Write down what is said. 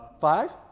Five